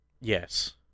yes